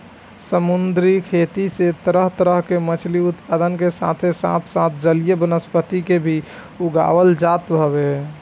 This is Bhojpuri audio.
समुंदरी खेती से तरह तरह के मछरी उत्पादन के साथे साथ जलीय वनस्पति के भी उगावल जात हवे